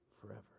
forever